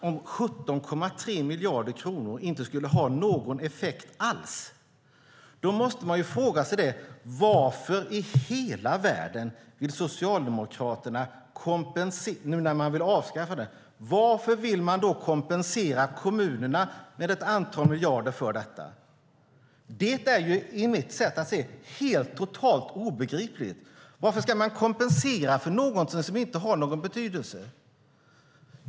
Om 17,3 miljarder inte skulle ha någon effekt alls, varför i hela världen vill då Socialdemokraterna kompensera kommunerna med ett antal miljarder när man tänker avskaffa detta? Det är helt obegripligt. Varför ska man kompensera för något som inte har någon betydelse?